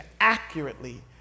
accurately